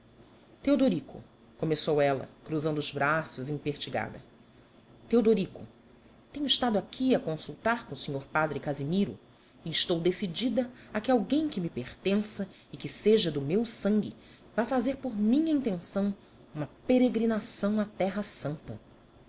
teodorico começou ela cruzando os braços empertigada teodorico tenho estado aqui a consultar com o senhor padre casimiro e estou decidida a que alguém que me pertença e que seja do meu sangue vã fazer por minha intenção uma peregrinação à terra santa